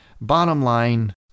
bottom-line